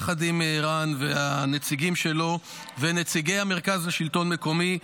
יחד עם רן והנציגים שלו ונציגי מרכז השלטון המקומי,